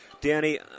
Danny